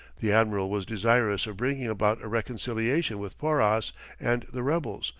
the admiral was desirous of bringing about a reconciliation with porras and the rebels,